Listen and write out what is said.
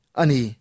ani